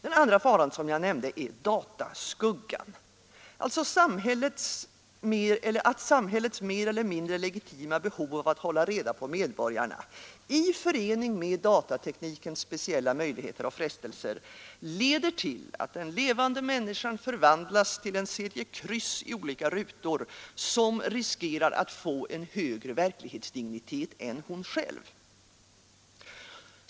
Den andra faran som jag nämnde är dataskuggan — alltså att samhällets mer eller mindre legitima behov av att hålla reda på medborgarna, i förening med datateknikens speciella möjligheter och frestelser, leder till att den levande människan förvandlas till en serie kryss i olika rutor, som riskerar att få en högre verklighetsdignitet än hon själv.